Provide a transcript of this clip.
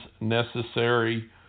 necessary